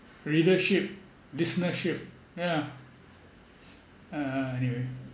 readership listenership yeah uh anyway